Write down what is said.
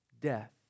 death